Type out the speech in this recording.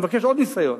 ואני מבקש עוד ניסיון.